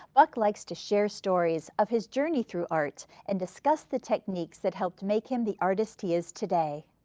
buck likes to share stories of his journey through art and discuss the techniques that help make him the artist he is today.